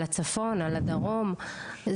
על הצפון, על הדרום?